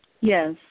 Yes